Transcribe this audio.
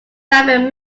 baffin